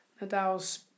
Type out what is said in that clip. Nadal's